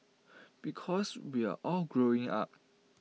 because we're all growing up